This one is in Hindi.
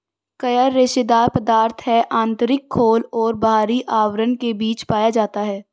कयर रेशेदार पदार्थ है आंतरिक खोल और बाहरी आवरण के बीच पाया जाता है